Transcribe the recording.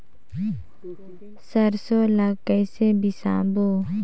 सरसो ला कइसे मिसबो?